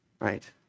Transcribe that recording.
right